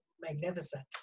magnificent